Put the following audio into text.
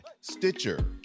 stitcher